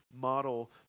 model